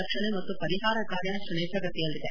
ರಕ್ಷಣೆ ಮತ್ತು ಪರಿಹಾರ ಕಾರ್ಯಾಚರಣೆ ಪ್ರಗತಿಯಲ್ಲಿದೆ